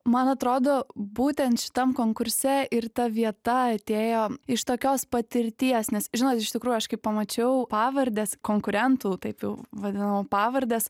man atrodo būtent šitam konkurse ir ta vieta atėjo iš tokios patirties nes žinot iš tikrųjų aš kai pamačiau pavardes konkurentų taip jau vadinamų pavardes